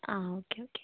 ആ okay okay